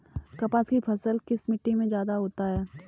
कपास की फसल किस मिट्टी में ज्यादा होता है?